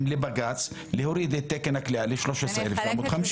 לבג"ץ להוריד את תקן הכליאה ל-13,750.